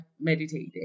meditating